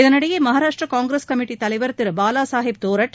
இதனிடையே மகாராஷ்ட்டிர காங்கிரஸ் கமிட்டி தலைவர் திரு பாவா சாஹேப் தோரத்